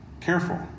careful